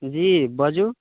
जी बाजू